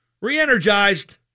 re-energized